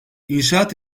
i̇nşaat